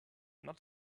not